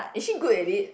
is she good at it